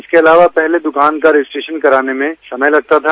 इसके अलावा पहले दुकान का रजिस्ट्रेशन कराने में समय लगता था